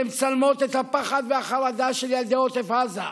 שמצלמות את הפחד והחרדה של ילדי עוטף עזה,